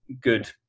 good